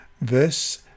verse